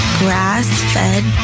grass-fed